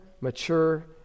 mature